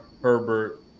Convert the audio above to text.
Herbert